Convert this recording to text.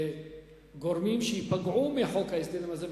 וחברות וגורמים שייפגעו מחוק ההסדרים הזה,